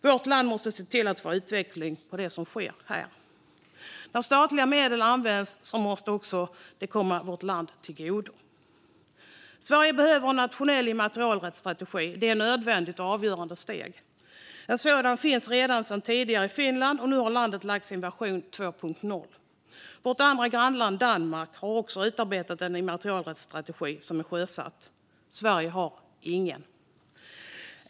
Vårt land måste se till att få utveckling av det som sker här. När statliga medel används måste det också komma vårt land till godo. Sverige behöver en nationell immaterialrättsstrategi. Det är ett nödvändigt och avgörande steg. En sådan finns redan sedan tidigare i Finland, och nu har landet lagt sin version 2.0. Vårt andra grannland Danmark har också utarbetat en immaterialrättsstrategi, som är sjösatt. Sverige har ingen.